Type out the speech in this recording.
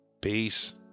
Peace